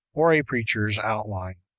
or a preacher's outline.